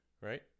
right